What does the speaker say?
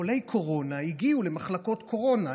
חולי קורונה הגיעו למחלקות קורונה,